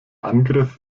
angriff